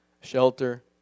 shelter